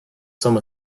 some